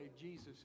Jesus